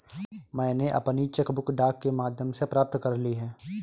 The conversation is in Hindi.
मैनें अपनी चेक बुक डाक के माध्यम से प्राप्त कर ली है